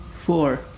Four